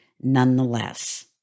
nonetheless